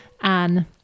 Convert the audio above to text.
Anne